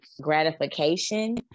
gratification